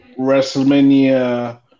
WrestleMania